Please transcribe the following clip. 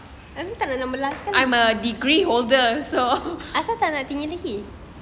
I'm a degree holder so